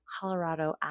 Colorado